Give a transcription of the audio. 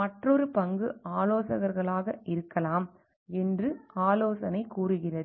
மற்றொரு பங்கு ஆலோசகர்களாக இருக்கலாம் என்று ஆலோசனை கூறுகிறது